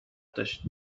داشت